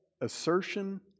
assertion